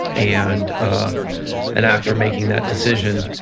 and and after making that decision,